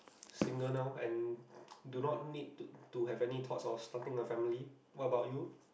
single now and do not need to to have thoughts of starting a family what about you